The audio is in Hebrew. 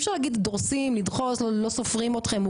אי אפשר להגיד דורסים לדחוס לו לא סופרים אתכם,